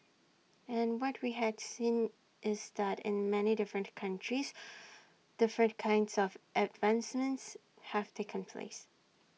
and what we had seen is that in many different countries different kinds of advancements have taken place